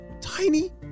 tiny